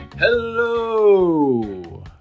Hello